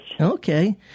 Okay